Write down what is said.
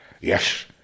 yes